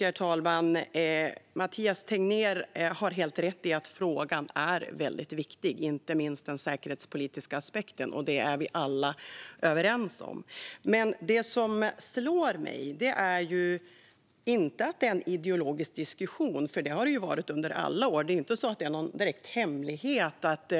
Herr talman! Mathias Tegnér har helt rätt i att frågan är väldigt viktig och inte minst den säkerhetspolitiska aspekten. Det är vi alla överens om. Men det som slår mig är inte att det är en ideologisk diskussion. Det har det varit under alla år. Det är inte så att det är någon direkt hemlighet att